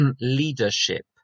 leadership